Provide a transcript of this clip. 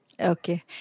Okay